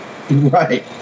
Right